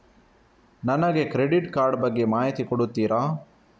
ನನಗೆ credit card ಬಗ್ಗೆ ಮಾಹಿತಿ ಕೊಡುತ್ತೀರಾ?